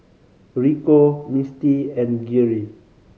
Rico Misti and Geary